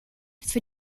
für